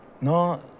No